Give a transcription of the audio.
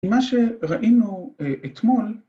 ‫מה שראינו אתמול...